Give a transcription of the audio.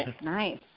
Nice